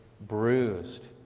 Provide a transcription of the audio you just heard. bruised